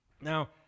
Now